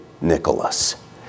Nicholas